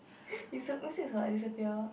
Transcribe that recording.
is what disappear